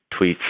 tweets